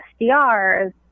SDRs